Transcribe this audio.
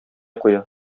куя